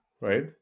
right